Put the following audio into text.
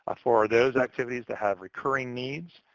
ah for those activities that have recurring needs,